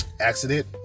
accident